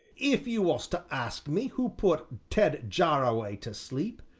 if you was to ask me who put ted jarraway to sleep,